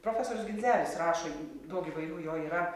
profesorius genzelis rašo daug įvairių jo yra